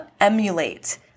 emulate